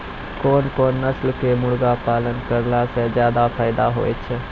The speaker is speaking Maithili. कोन कोन नस्ल के मुर्गी पालन करला से ज्यादा फायदा होय छै?